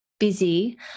busy